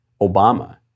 Obama